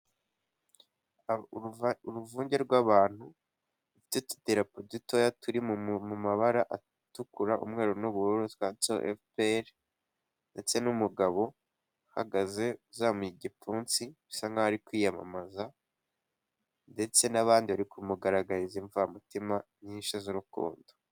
Uruvunge rw'abantu rufite utudarapo dutoya turi mu mabara atukura umweru n'ubururu twanditseho FPR, ndetse n'umugabo uhagaze uzamuye igipfunsi usa nkaho ari kwiyamamaza, ndetse n'abandi bari kumugaragariza imvamutima nyinshi z'urukundo.